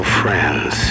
friends